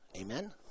Amen